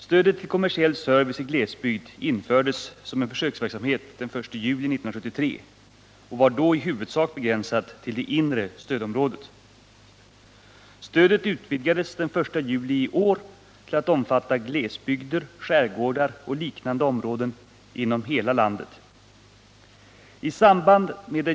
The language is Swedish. Stödet till kommersiell service i glesbygd infördes som en försöksverksamhet den 1 juli 1973 och var då i huvudsak begränsat till det inre stödområdet. Stödet utvidgades den 1 juli i år till att omfatta glesbygder, skärgårdar och liknande områden inom hela landet.